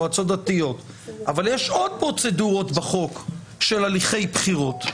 מועצות דתיות אבל יש עוד פרוצדורות בחוק של הליכי בחירות.